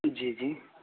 جی جی